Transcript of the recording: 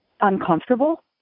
uncomfortable